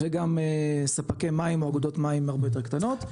וגם ספקי מים או אגודות מים הרבה יותר קטנות,